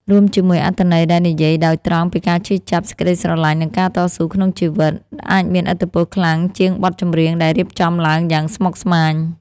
រួមជាមួយអត្ថន័យដែលនិយាយដោយត្រង់ពីការឈឺចាប់ សេចក្តីស្រឡាញ់ និងការតស៊ូក្នុងជីវិត អាចមានឥទ្ធិពលខ្លាំងជាងបទចម្រៀងដែលរៀបចំឡើងយ៉ាងស្មុគស្មាញ។